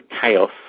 chaos